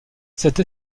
cette